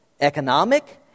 economic